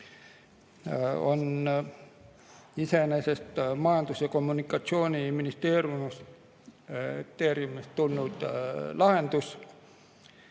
on iseenesest Majandus- ja Kommunikatsiooniministeeriumist tulnud lahendus.